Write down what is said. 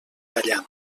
tallant